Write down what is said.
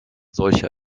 solche